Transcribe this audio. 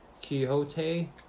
Quixote